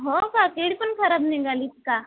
हो का केळी पण खराब निघालीत का